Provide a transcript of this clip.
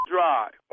Drive